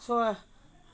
so